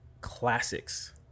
classics